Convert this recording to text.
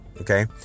Okay